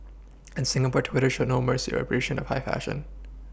and Singapore Twitter showed no Mercy or appreciation of high fashion